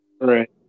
Right